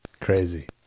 Crazy